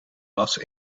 was